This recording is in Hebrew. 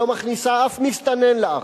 שלא מכניסה אף מסתנן לארץ,